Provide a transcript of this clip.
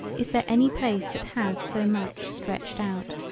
is there any place that has so much stretched out.